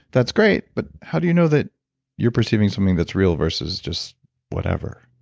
that's great, but how do you know that you're perceiving something that's real versus just whatever?